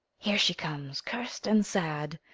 here she comes, curst and sad.